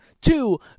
Two